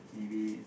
maybe